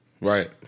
right